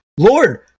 Lord